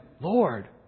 Lord